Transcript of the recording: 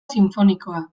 sinfonikoa